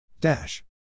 Dash